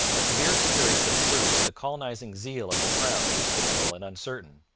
a severe experience had proved that the colonizing zeal of the crown was fitful and uncertain.